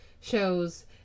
shows